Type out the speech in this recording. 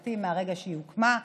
ובהנחייתי מהרגע שהיא הוקמה.